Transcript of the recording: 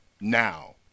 Now